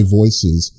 voices